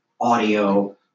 audio